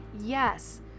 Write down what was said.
yes